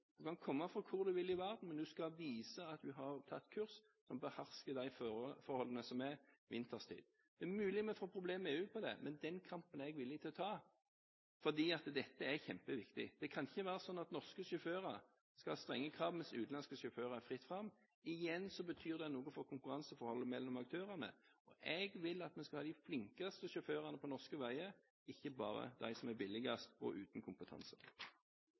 du kan komme fra hvor du vil i verden – skal man vise at man har tatt kurs for å kunne beherske de kjøreforholdene som er vinterstid. Det er mulig vi får problemer med EU her, men den kampen er jeg villig til å ta, for dette er kjempeviktig. Det kan ikke være sånn at norske sjåfører skal ha strenge krav, mens det er fritt fram for utenlandske sjåfører. Igjen: Det betyr noe for konkurranseforholdet mellom aktørene. Jeg vil at vi skal ha de flinkeste sjåførene på norske veier, ikke bare dem som er billigst og uten kompetanse.